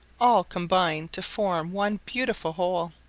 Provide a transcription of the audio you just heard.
all combine to form one beautiful whole.